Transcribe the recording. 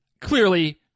clearly